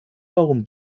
warum